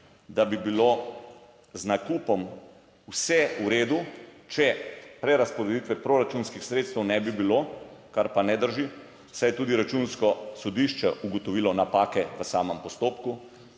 da bi bilo z nakupom vse v redu, če prerazporeditve proračunskih sredstev ne bi bilo, kar pa ne drži, saj je tudi Računsko sodišče ugotovilo napake v samem postopku,